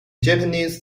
japanese